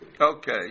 Okay